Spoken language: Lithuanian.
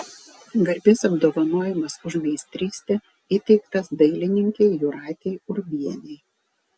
garbės apdovanojimas už meistrystę įteiktas dailininkei jūratei urbienei